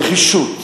נחישות,